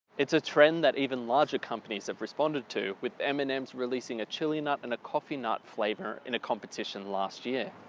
it's a trend that even larger companies have respond to with m and m's releasing a chili nut and coffee nut flavor in a competition last year.